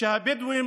שהבדואים